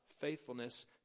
faithfulness